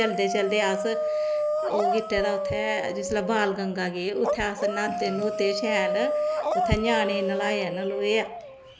चलदे चलदे अस ओह् कीते दा उत्थें जिसलै बाणगंगा गे उत्थें अस न्हाते शैल उत्थें ञ्यानें गी न्होआया